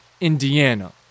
Indiana